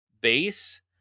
base